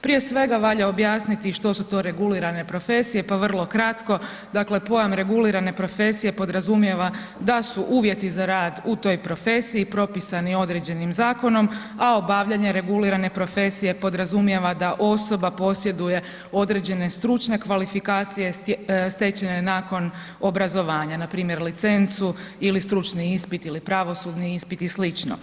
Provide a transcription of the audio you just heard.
Prije svega, valja objasniti što su to regulirane profesije, pa vrlo kratko, dakle, pojam regulirane profesije podrazumijeva da su uvjeti za rad u toj profesiji propisani određenim zakonom, a obavljanje regulirane profesije podrazumijeva da osoba posjeduje određene stručne kvalifikacije stečene nakon obrazovanja, npr. licencu ili stručni ispit ili pravosudni ispit i sl.